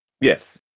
Yes